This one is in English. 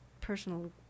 personal